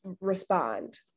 respond